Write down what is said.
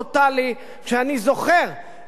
אני זוכר איך השר,